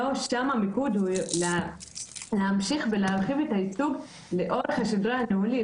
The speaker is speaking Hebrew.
שם המיקוד הוא להמשיך ולהרחיב את הייצוג לאורך השדרה הניהולית,